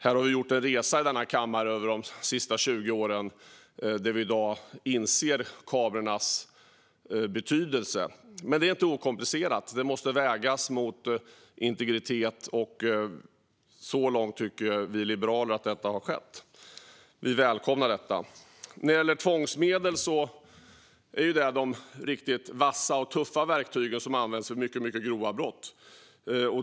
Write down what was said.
Här har vi de senaste 20 åren gjort en resa i denna kammare, och i dag inser vi kamerornas betydelse. Men det är inte okomplicerat. Det måste vägas mot integritet, och så här långt tycker vi liberaler att det har skett. Vi välkomnar detta. När det gäller tvångsmedel är det de riktigt vassa och tuffa verktyg som används vid mycket grova brott.